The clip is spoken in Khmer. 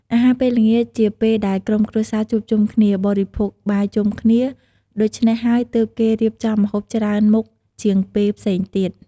អាហារពេលល្ងាចជាពេលដែលក្រុមគ្រួសារជួបជុំគ្នា បរិភោគបាយជុំគ្នា ដូច្នេះហើយទើបគេរៀបចំម្ហូបច្រើនមុខជាងពេលផ្សេងទៀត ។